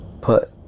put